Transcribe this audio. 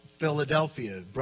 Philadelphia